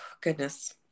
goodness